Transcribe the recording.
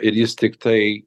ir jis tiktai